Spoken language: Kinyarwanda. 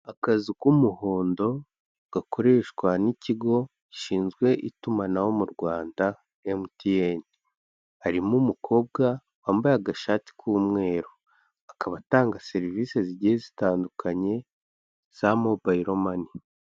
Akazu k'umuhondo, gakoreshwa n'ikigo gishinzwe itumanaho mu Rwanda MTN. Harimo umukobwa wambaye agashati k'umweru. Akaba atanga serivisi zigiye zitandukanye za Mobayiro mani.